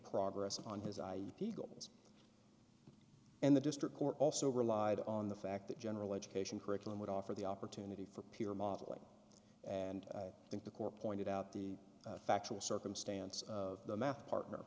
progress on his i p goals and the district court also relied on the fact that general education curriculum would offer the opportunity for peer modeling and i think the core pointed out the factual circumstance of the math partner